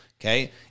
Okay